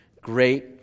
great